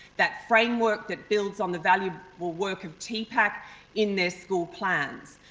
that framework that builds on the valuable work of tpack in their school plans.